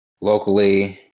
locally